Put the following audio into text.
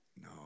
No